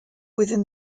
within